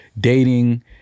dating